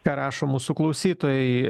ką rašo mūsų klausytojai